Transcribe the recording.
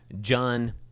John